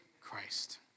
Christ